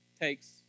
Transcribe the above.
takes